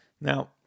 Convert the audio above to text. Now